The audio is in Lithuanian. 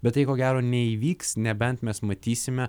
bet tai ko gero neįvyks nebent mes matysime